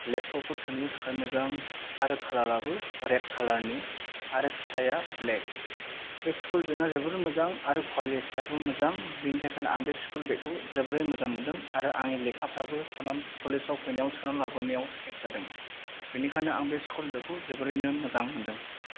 laptop फोर सोनोबो थाखाय मोजां आरो खालाराबो रेद खालारनि आरो फिथाया ब्लेक बे स्कुल बेगा जोबोर मोजां आरो क्वालिथिआबो मोजां बेनि थाखायनो आं बे स्कुल बेगखौ जोबोरै मोजां मोनदों लेखाफ्राबो कलेजाव फैनायाव सोनानै लाबोनायाव सेफ जादों बेनिखायनो आं बे स्कुल बेगखौ जोबोरैनो मोजां मोनदों